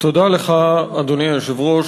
אדוני היושב-ראש,